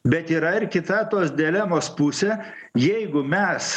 bet yra ir kita tos delemos pusė jeigu mes